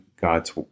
God's